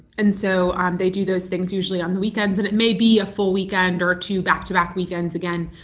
and so they do those things usually on the weekends, and it may be a full weekend or two back-to-back weekends again,